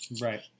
right